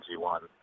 G1